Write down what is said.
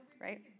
right